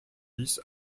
dix